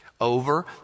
Over